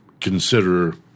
consider